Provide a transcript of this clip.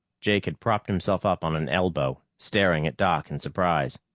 jake had propped himself on an elbow, staring at doc in surprise.